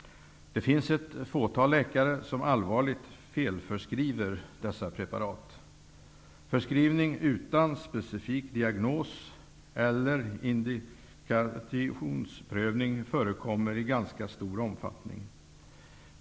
Det finns ett fåtal läkare som allvarligt felför skriver dessa preparat. Förskrivning utan sepcifik diagnos eller indikationsprövning förekommer i ganska stor omfattning.